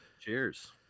Cheers